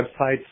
websites